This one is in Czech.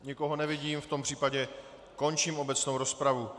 Nikoho nevidím, v tom případě končím obecnou rozpravu.